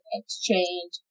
exchange